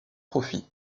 profit